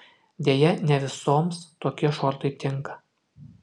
deja ne visoms tokie šortai tinka